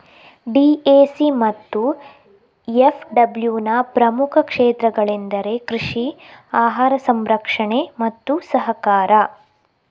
DAC ಮತ್ತು ಎಫ್.ಡಬ್ಲ್ಯೂನ ಪ್ರಮುಖ ಕ್ಷೇತ್ರಗಳೆಂದರೆ ಕೃಷಿ, ಆಹಾರ ಸಂರಕ್ಷಣೆ ಮತ್ತು ಸಹಕಾರ